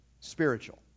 spiritual